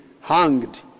hanged